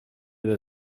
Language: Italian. del